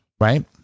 Right